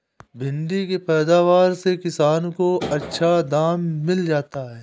भिण्डी के पैदावार से किसान को अच्छा दाम मिल जाता है